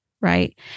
right